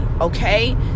okay